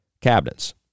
cabinets